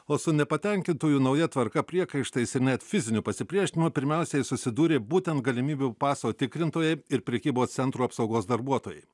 o su nepatenkintųjų nauja tvarka priekaištais ir net fiziniu pasipriešinimu pirmiausiai susidūrė būtent galimybių paso tikrintojai ir prekybos centrų apsaugos darbuotojai